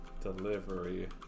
delivery